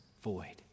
void